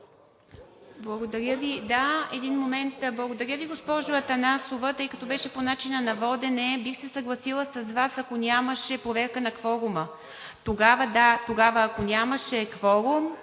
Благодаря Ви. ПРЕДСЕДАТЕЛ ИВА МИТЕВА: Благодаря Ви, госпожо Атанасова. Тъй като беше по начина на водене, бих се съгласила с Вас, ако нямаше проверка на кворума, тогава, да. Тогава, ако нямаше кворум,